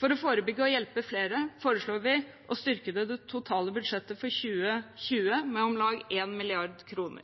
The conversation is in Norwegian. For å forebygge og hjelpe flere foreslår vi å styrke det totale budsjettet for 2020 med